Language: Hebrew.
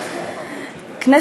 תודה רבה,